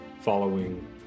following